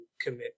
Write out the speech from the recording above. commit